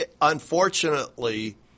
unfortunately